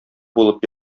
булып